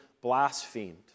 blasphemed